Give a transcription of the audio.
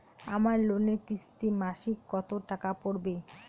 আমার লোনের কিস্তি মাসিক কত টাকা পড়বে?